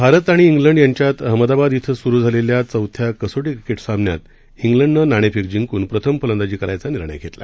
भारत आणि इंग्लंड यांच्यात अहमदाबाद इथं आज सुरु झालेल्या चौथ्या कसोटी क्रिकेट सामन्यात इंग्लंडनं नाणेफेक जिंकून प्रथम फलंदाजी करायचा निर्णय घेतला